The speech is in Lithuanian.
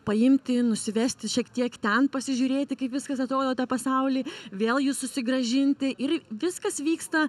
paimti nusivesti šiek tiek ten pasižiūrėti kaip viskas atrodo tą pasaulį vėl jus susigrąžinti ir viskas vyksta